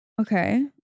okay